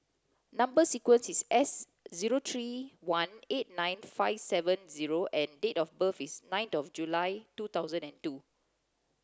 number sequence is S zero three one eight nine five seven zero and date of birth is nine of July two thousand and two